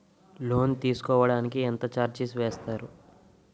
Loan తీసుకోడానికి ఎంత charges వేస్తారు?